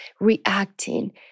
reacting